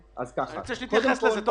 אתה צודק 100% מהותית,